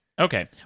Okay